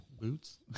Boots